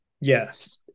Yes